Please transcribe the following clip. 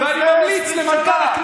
רוצים לשנות את האליטה,